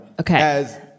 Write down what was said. Okay